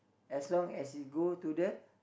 as long as it go to the